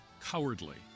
cowardly